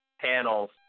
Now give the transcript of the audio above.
panels